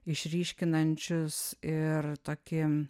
išryškinančius ir tokį